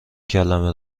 کلمه